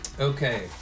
okay